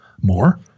more